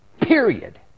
Period